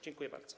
Dziękuję bardzo.